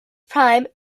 prime